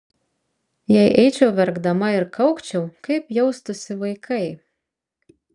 jei eičiau verkdama ir kaukčiau kaip jaustųsi vaikai